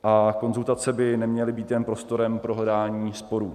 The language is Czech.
A konzultace by neměly být jen prostorem pro hledání sporů.